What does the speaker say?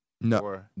No